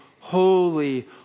holy